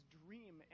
dream